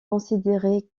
considérée